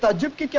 but gypsy. yeah